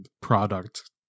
product